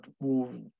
move